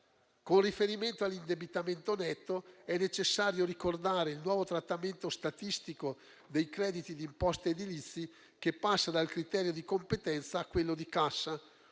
Con riferimento all'indebitamento netto, è necessario ricordare il nuovo trattamento statistico dei crediti di imposta edilizi che passa dal criterio di competenza a quello di cassa;